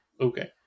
Okay